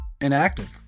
Inactive